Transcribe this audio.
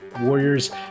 Warriors